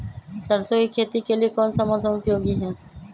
सरसो की खेती के लिए कौन सा मौसम उपयोगी है?